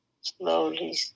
Slowly